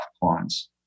clients